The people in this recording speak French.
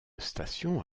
station